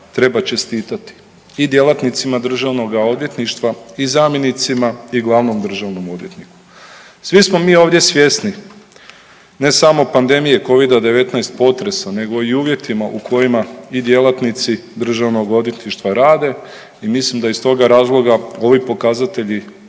treba čestitati i djelatnicima državnog odvjetništva i zamjenicima i glavnom državnom odvjetniku. Svi smo mi ovdje svjesni ne samo pandemije Covida-19, potresa nego i uvjetima u kojima i djelatnici državnog odvjetništva rade i mislim da iz toga razloga ovi pokazatelji